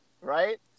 Right